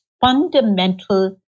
fundamental